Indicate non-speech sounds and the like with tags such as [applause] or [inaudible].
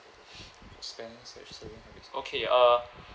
[breath] spendings and savings okay uh